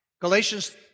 Galatians